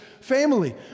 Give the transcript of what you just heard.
family